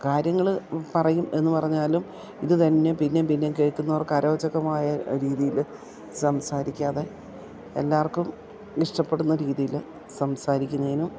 കാര്യങ്ങൾ പറയും എന്നു പറഞ്ഞാലും ഇത് തന്നെ പിന്നേയും പിന്നേയും കേൾക്കുന്നവർക്ക് അരോചകമായ രീതിയിൽ സംസാരിക്കാതെ എല്ലാവർക്കും ഇഷ്ടപ്പെടുന്ന രീതിയിൽ സംസാരിക്കുന്നതിനും